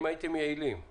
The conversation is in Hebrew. על-ידי קביעת כיוון נכון,